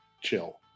chill